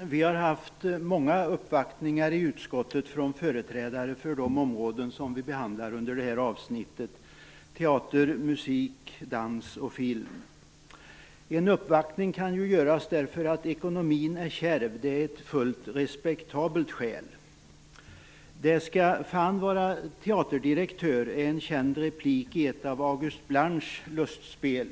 Vi har haft många uppvaktningar i utskottet från företrädare för de områden som vi behandlar under det här avsnittet - teater, musik, dans och film. En uppvaktning kan göras därför att ekonomin är kärv. Det är ett fullt respektabelt skäl. "Fan må vara teaterdirektör" är en känd replik i ett av August Blanches lustspel.